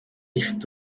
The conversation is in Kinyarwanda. ifite